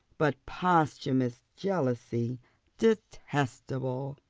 but posthumous jealousy detestable.